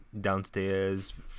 downstairs